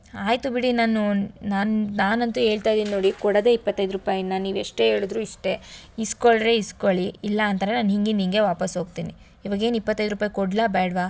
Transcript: ಆಯಿತು ಬಿಡಿ ನಾನು ನಾನು ನಾನಂತು ಹೇಳ್ತಾ ಇದ್ದೀನಿ ನೋಡಿ ಕೊಡೋದೇ ಇಪ್ಪತ್ತೈದು ರೂಪಾಯಿನ ನೀವು ಎಷ್ಟೇ ಹೇಳಿದ್ರು ಇಷ್ಟೇ ಇಸ್ಕೊಂಡರೆ ಇಸ್ಕೊಳ್ಳಿ ಇಲ್ಲ ಅಂದರೆ ನಾನು ಹೀಗಿಂದ್ ಹೀಗೆ ವಾಪಸ್ಸು ಹೋಗ್ತೀನಿ ಇವಾಗ ಏನು ಇಪ್ಪತ್ತೈದು ರೂಪಾಯಿ ಕೊಡಲಾ ಬೇಡವಾ